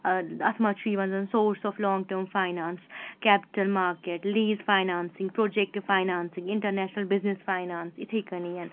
ٲں اَتھ منٛز چھُ یِوان زَن sources of long term finance capital market lease financing project financing international business finance یِتھٔے کٔنۍ